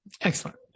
excellent